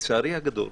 לצערי הגדול,